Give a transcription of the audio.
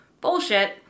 bullshit